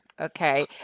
Okay